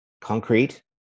concrete